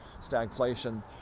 stagflation